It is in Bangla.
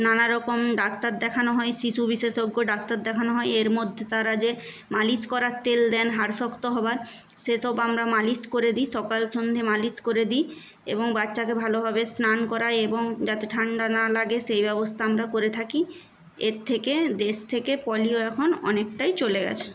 নানা রকম ডাক্তার দেখানো হয় শিশু বিশেষজ্ঞ ডাক্তার দেখানো হয় এর মধ্যে তারা যে মালিশ করার তেল দেন হাড় শক্ত হওয়ার সেসব আমরা মালিশ করে দিই সকাল সন্ধে মালিশ করে দিই এবং বাচ্চাকে ভালোভাবে স্নান করাই এবং যাতে ঠান্ডা না লাগে সেই ব্যবস্থা আমরা করে থাকি এর থেকে দেশ থেকে পোলিও এখন অনেকটাই চলে গিয়েছে